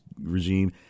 regime